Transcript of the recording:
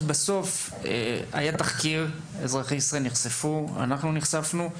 כי בסוף היה תחקיר ואזרחי ישראל נחשפו וגם אנחנו נחשפנו.